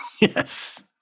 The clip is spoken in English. Yes